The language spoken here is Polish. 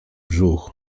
brzuch